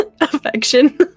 affection